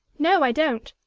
no, i don't.